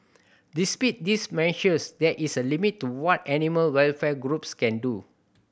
despite these measures there is a limit to what animal welfare groups can do